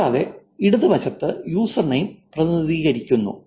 കൂടാതെ ഇടതുവശത്ത് യൂസർനെയിം പ്രതിനിധീകരിക്കുന്നു